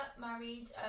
married